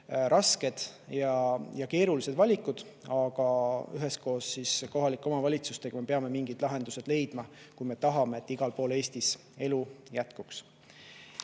rasked ja keerulised valikud, aga üheskoos kohalike omavalitsustega peame me mingid lahendused leidma, kui me tahame, et igal pool Eestis elu jätkuks.